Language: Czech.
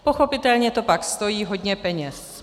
Pochopitelně to pak stojí hodně peněz.